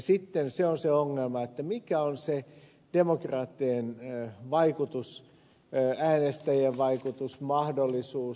sitten se on se ongelma mikä on se demokraattinen vaikutus äänestäjien vaikutusmahdollisuus